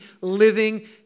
living